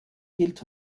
gilt